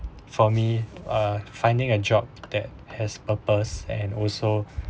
for me uh finding a job that has purpose and also